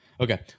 Okay